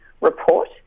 report